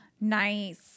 Nice